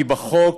כי בחוק